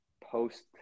post